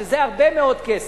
שזה הרבה מאוד כסף,